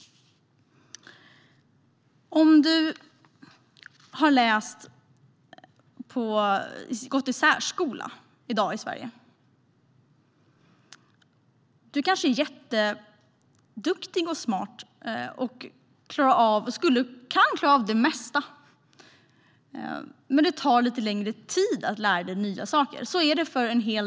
Det finns de som har gått i särskola som är jätteduktiga, smarta och klarar det mesta, men det tar lite längre tid för dem att lära sig nya saker.